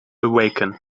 awaken